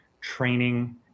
training